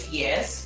yes